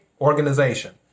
organization